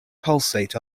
pulsate